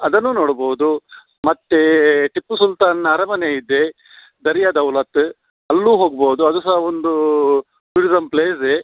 ಅದನ್ನು ನೋಡ್ಬೋದು ಮತ್ತು ಟಿಪ್ಪು ಸುಲ್ತಾನ್ನ ಅರಮನೆ ಇದೆ ದರಿಯಾ ದೌಲತ್ ಅಲ್ಲೂ ಹೊಗ್ಬೋದು ಅದು ಸಹ ಒಂದು ಟೂರಿಸಮ್ ಪ್ಲೇಸೇ